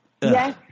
Yes